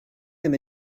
them